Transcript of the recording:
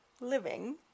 living